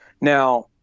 now